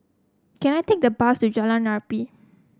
can I take the bus to Jalan Arnap